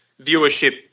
viewership